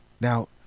now